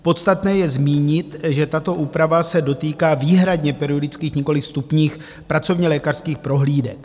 Podstatné je zmínit, že tato úprava se dotýká výhradně periodických, nikoliv vstupních pracovnělékařských prohlídek.